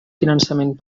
finançament